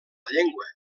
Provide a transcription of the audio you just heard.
llengua